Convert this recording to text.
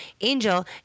Angel